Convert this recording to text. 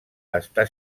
està